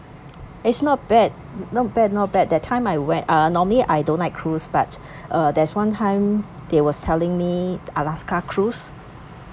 it's not bad not bad not bad that time I went uh normally I don't like cruise but uh there's one time they were telling me me alaska cruise